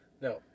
No